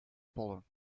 pollen